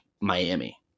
miami